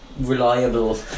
Reliable